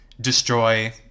destroy